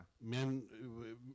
Men